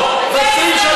יהודים.